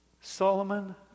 Solomon